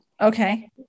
Okay